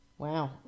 Wow